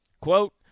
Quote